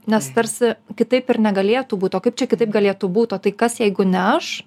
nes tarsi kitaip ir negalėtų būt o kaip čia kitaip galėtų būt o tai kas jeigu ne aš